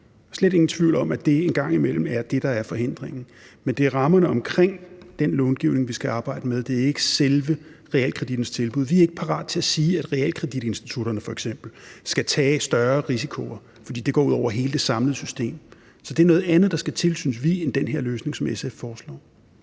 slet ingen tvivl om, at det en gang imellem er det, der er forhindringen. Men det er rammerne omkring den långivning, vi skal arbejde med. Det er ikke selve realkredittens tilbud. Vi er ikke parat til at sige, at f.eks. realkreditinstitutterne skal tage større risici, for det går ud over hele det samlede system. Så det er noget andet, der skal til, synes vi, end den her løsning, som SF foreslår.